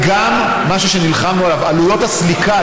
ועוד משהו שנלחמנו עליו: עלויות הסליקה